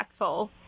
impactful